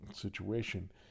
situation